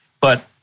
But-